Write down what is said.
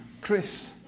Chris